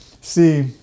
see